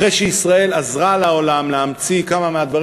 אחרי שישראל עזרה לעולם להמציא כמה מהדברים